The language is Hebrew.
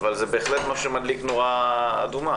אבל זה בהחלט משהו שמדליק נורה אדומה.